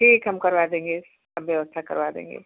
ठीक है हम करवा देंगे सब व्यवस्था करवा देंगे